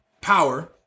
Power